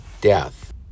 death